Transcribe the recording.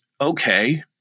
okay